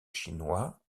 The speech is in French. chinois